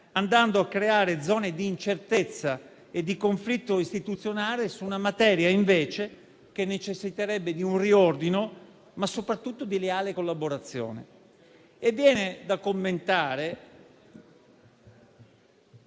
andando a creare zone di incertezza e di conflitto istituzionale su una materia che, invece, necessiterebbe di un riordino, ma soprattutto di leale collaborazione. Intervenendo